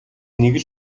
нэг